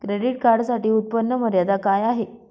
Credit कार्डसाठी उत्त्पन्न मर्यादा काय आहे?